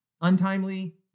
untimely